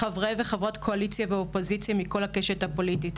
חברי וחברות קואליציה ואופוזיציה מכל הקשת הפוליטית,